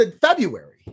February